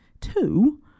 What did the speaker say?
Two